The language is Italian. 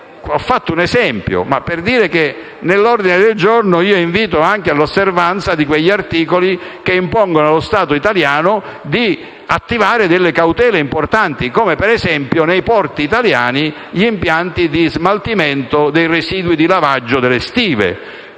Ho fatto un esempio, per dire che nell'ordine del giorno invito anche all'osservanza di quegli articoli che impongono allo Stato italiano di attivare cautele importanti, come gli impianti di smaltimento dei residui di lavaggio delle stive